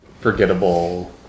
forgettable